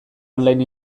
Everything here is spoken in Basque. online